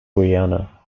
guiana